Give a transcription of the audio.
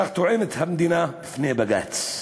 כך טוענת המדינה בפני בג"ץ.